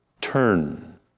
turn